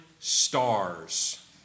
Stars